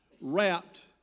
wrapped